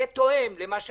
כפי